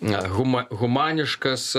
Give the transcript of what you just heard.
na huma humaniškas